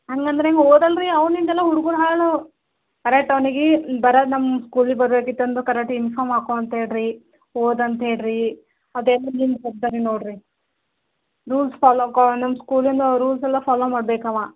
ಹಂಗಂದ್ರ್ ಹೆಂಗ್ ಓದಲ್ಲ ರೀ ಅವನಿಂದಲ ಹುಡ್ಗುರು ಹಾಳು ಕರೆಕ್ಟ್ ಅವ್ನಿಗೆ ಬರದು ನಮ್ಮ ಸ್ಕೂಲಿಗೆ ಬರ್ಬೇಕಿತ್ತು ಅಂದ್ರೆ ಕರೆಕ್ಟ್ ಇನ್ಫಾಮ್ ಹಾಕ್ಕೋ ಅಂತೇಳ್ರಿ ಓದು ಅಂತೇಳರಿ ಅದೇ ನಿಮ್ಮ ಜವಾಬ್ದಾರಿ ನೋಡಿ ರಿ ರೂಲ್ಸ್ ಫಾಲೋ ಗೋ ನಮ್ಮ ಸ್ಕೂಲಿನ ರೂಲ್ಸ್ ಎಲ್ಲ ಫಾಲೋ ಮಾಡ್ಬೇಕು ಅವ